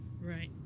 Right